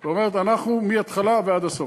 ואומרים: אנחנו מהתחלה ועד הסוף,